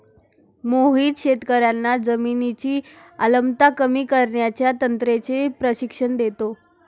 मोहित शेतकर्यांना जमिनीची आम्लता कमी करण्याच्या तंत्राचे प्रशिक्षण देतो